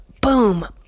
boom